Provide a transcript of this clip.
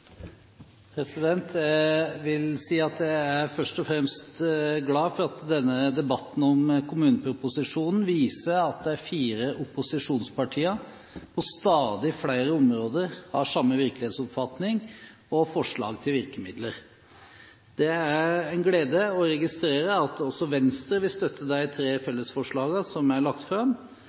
først og fremst glad for at denne debatten om kommuneproposisjonen viser at de fire opposisjonspartiene på stadig flere områder har samme virkelighetsoppfatning og forslag til virkemidler. Det er en glede å registrere at også Venstre vil støtte de tre fellesforslagene som er lagt fram,